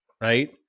Right